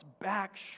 back